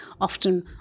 often